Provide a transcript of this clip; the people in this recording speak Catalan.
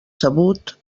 sabut